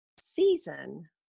season